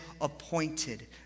appointed